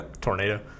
Tornado